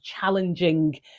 challenging